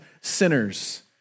sinners